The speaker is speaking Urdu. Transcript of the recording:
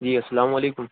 جی السلام علیکم